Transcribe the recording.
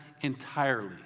entirely